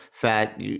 fat